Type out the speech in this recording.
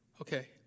Okay